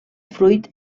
fruit